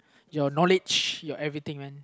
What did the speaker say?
your knowledge your everything man